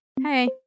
Hey